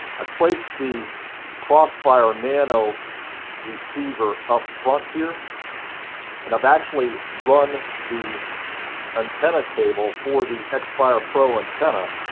i've placed the crossfire nano receiver up front here and i've actually run the antenna cable for the xxfire pro antenna